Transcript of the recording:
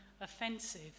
offensive